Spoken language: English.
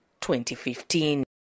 2015